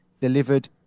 delivered